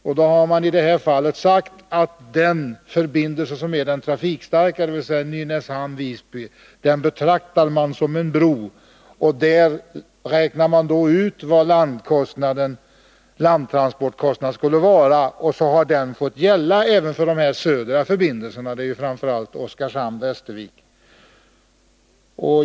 Och i detta fall har man då betraktat den trafikstarkaste förbindelsen, dvs. förbindelsen Nynäshamn-Visby, som en bro. Sedan har man räknat ut vad motsvarande landtransportkostnad skulle vara, och den har därefter fått gälla även för de södra förbindelserna, framför allt förbindelserna med Oskarshamn och Västervik.